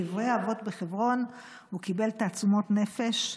מקברי האבות בחברון הוא קיבל תעצומות נפש.